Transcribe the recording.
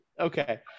okay